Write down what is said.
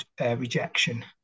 rejection